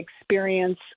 experience